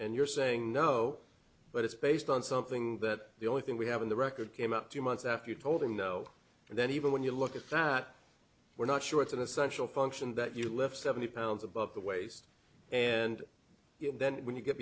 and you're saying no but it's based on something that the only thing we have in the record came out two months after you told him no and then even when you look at that we're not sure it's an essential function that you left seventy pounds above the waist and then when you get